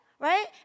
Right